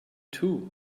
too